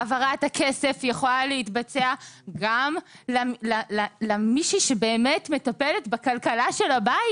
העברת הכסף יכולה להתבצע גם למישהי שבאמת מטפלת בכלכלת הבית.